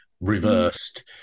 reversed